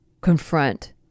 confront